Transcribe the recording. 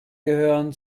gehören